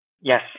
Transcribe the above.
Yes